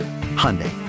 Hyundai